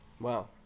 Wow